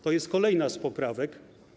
To jest kolejna z poprawek.